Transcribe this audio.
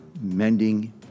mending